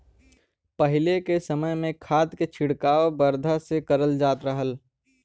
पहिले के समय में खाद के छिड़काव बरधा से करल जात रहल